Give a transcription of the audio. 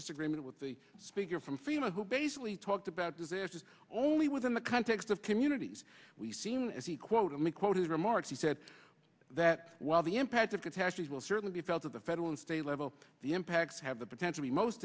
disagreement with the speaker from fema who basically talked about disasters only within the context of communities we've seen as he quote unquote his remarks he said that while the impact of catastrophe will certainly be felt at the federal and state level the impacts have the potential the most